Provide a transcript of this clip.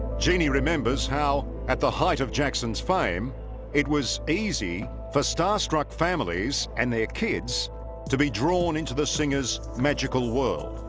genie remembers how at the height of jackson's fame it was easy for starstruck families and their kids to be drawn into the singer's magical world